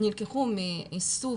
שנלקחו מאיסוף,